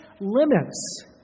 limits